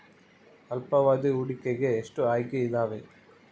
ಅಲ್ಪಾವಧಿ ಹೂಡಿಕೆಗೆ ಎಷ್ಟು ಆಯ್ಕೆ ಇದಾವೇ?